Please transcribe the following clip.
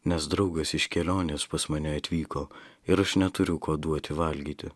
nes draugas iš kelionės pas mane atvyko ir aš neturiu ko duoti valgyti